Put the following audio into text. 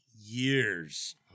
years